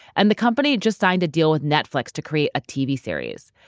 and the company just signed a deal with netflix to create a tv series.